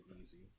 easy